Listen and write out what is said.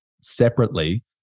Separately